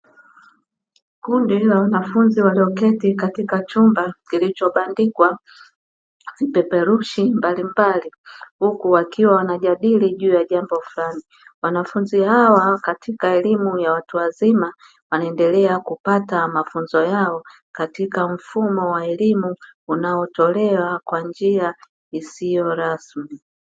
Kundi la wanafunzi waloketi katika chumba kilichobandikwa vipeperushi mbalimbali, huku wakiwa wanajadili juu ya jambo fulani. Wanafunzi hawa katika elimu ya watu wazima wanaendelea kupata mafunzo yao katika mfumo wa elimu unaotolewa kwa njia isiyo rasmi.